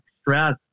stress